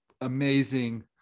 amazing